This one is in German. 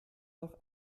noch